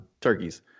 turkeys